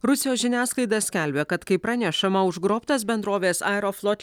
rusijos žiniasklaida skelbia kad kaip pranešama užgrobtas bendrovės aeroflot